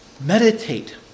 Meditate